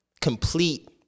complete